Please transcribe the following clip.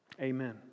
Amen